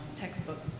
textbook